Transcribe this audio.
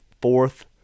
fourth